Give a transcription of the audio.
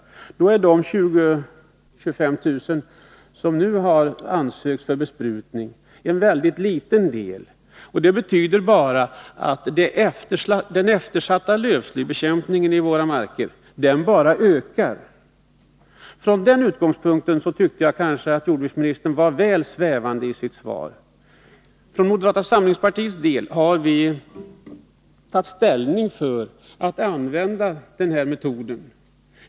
Då är de 20 000-25 000 hektar som nu omfattas av ansökan om besprutning en ytterst liten del. Det betyder bara att den eftersatta lövslybekämpningen i våra marker blir alltmer omfattande. Från den utgångspunkten tyckte jag att jordbruksministern var väl svävande i sitt svar. För moderata samlingspartiets del har vi tagit ställning för att använda den här metoden.